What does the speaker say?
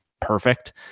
perfect